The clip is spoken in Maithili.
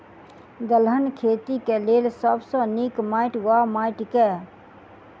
दलहन खेती केँ लेल सब सऽ नीक माटि वा माटि केँ?